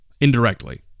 Indirectly